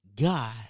God